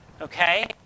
Okay